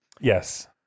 Yes